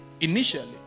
initially